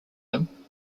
him